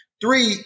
Three